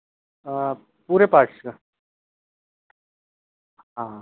पूरे पार्ट्स का हाँ हाँ